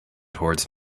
towards